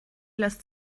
lässt